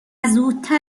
زودتر